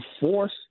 force